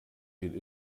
den